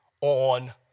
on